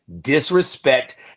disrespect